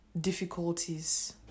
difficulties